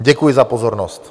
Děkuji za pozornost.